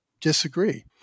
disagree